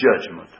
judgment